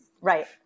right